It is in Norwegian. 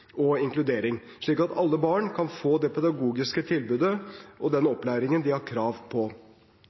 og inkludering, slik at alle barn kan få det pedagogiske tilbudet og den opplæringen de har krav på.